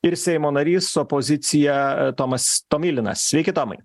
ir seimo narys opozicija tomas tomilinas sveiki tomai